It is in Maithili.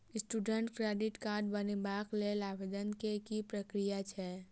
स्टूडेंट क्रेडिट कार्ड बनेबाक लेल आवेदन केँ की प्रक्रिया छै?